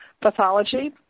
Pathology